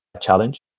Challenge